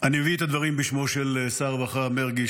אני מביא את הדברים בשמו של שר הרווחה מרגי,